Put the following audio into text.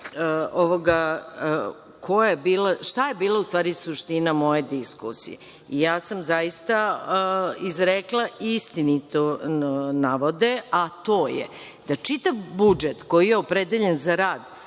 šta je bila suština moje diskusije. Ja sam zaista izrekla istinito navode, a to je da čitav budžet koji je opredeljen za rad